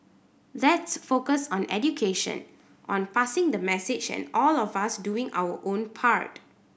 let's focus on education on passing the message and all of us doing our own part